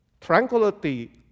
tranquility